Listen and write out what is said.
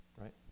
right